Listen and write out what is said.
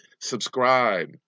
Subscribe